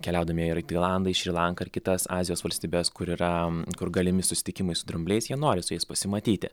keliaudami ir tailandą šri lanką ir kitas azijos valstybes kur yra kur galimi susitikimai su drambliais jie nori su jais pasimatyti